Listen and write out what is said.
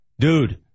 dude